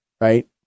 right